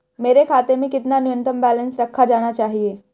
मेरे खाते में कितना न्यूनतम बैलेंस रखा जाना चाहिए?